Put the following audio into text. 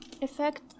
effect